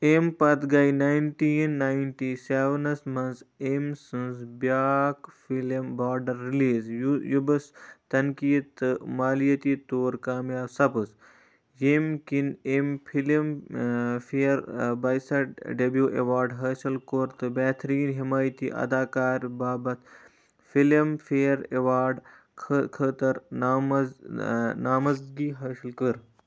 ایٚمۍ پَتہٕ گٔے نایِنٹیٖن نایِنٹی سٮ۪ونَس منٛز ایٚمۍ سٕنٛز بیٛاکھ فِلِم باڈَر رِلیٖز یہِ بٕس تَنقیٖد تہٕ مالیٲتی طور کامیاب سَپٕز ییٚمۍ کِنۍ ایٚمۍ فِلِم فِیَر ڈٮ۪بیوٗ اٮ۪وارڈ حٲصِل کوٚر تہٕ بہتریٖن حمٲیتی اَداکار بابَتھ فِلِم فِیَر اٮ۪وارڈ خٲطٕر نامَز نامَزگی حٲصِل کٔر